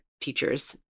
teachers